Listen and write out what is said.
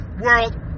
world